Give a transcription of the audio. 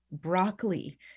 broccoli